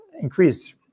increase